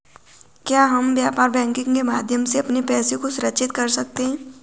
क्या हम व्यापार बैंकिंग के माध्यम से अपने पैसे को सुरक्षित कर सकते हैं?